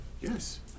Yes